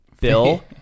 bill